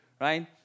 Right